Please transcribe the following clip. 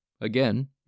Again